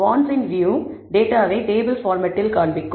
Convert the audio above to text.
பாண்ட்ஸ்ஸின் view டேட்டாவை table பார்மட்டில் காண்பிக்கும்